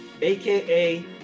AKA